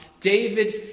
David